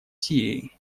сирии